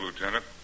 Lieutenant